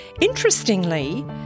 Interestingly